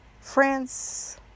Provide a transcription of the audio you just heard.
France